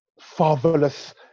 fatherless